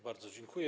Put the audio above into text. Bardzo dziękuję.